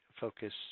focus